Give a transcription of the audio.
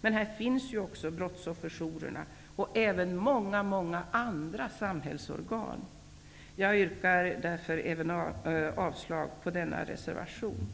Men det finns ju brottsofferjourer och många andra samhällsorgan. Jag yrkar därför avslag även på denna reservation.